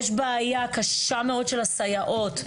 יש בעיה קשה מאוד של הסייעות.